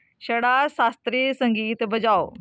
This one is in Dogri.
छड़ा सास्त्रीय संगीत बजाओ